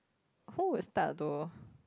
who would start to